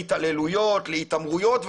להתעללויות,